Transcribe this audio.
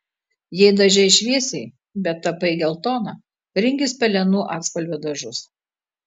jei dažei šviesiai bet tapai geltona rinkis pelenų atspalvio dažus